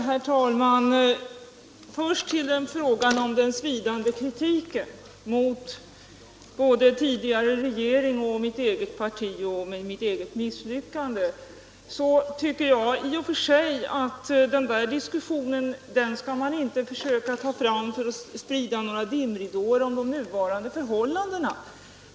Herr talman! Först till frågan om den svidande kritiken mot den tidigare regeringen, mot mitt parti och mot mitt eget misslyckande! Det är i och för sig ynkligt att ta upp en sådan diskussion för att sprida dimridåer kring de nuvarande förhållandena.